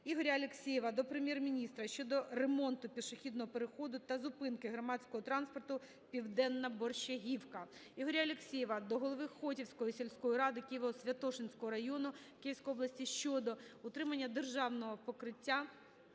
Ігоря Алексєєва до Прем'єр-міністра щодо ремонту пішохідного переходу та зупинки громадського транспорту "Південна Борщагівка". Ігоря Алексєєва до голові Хотівської сільської ради Києво-Святошинського району Київської області щодо утримання дорожнього покриття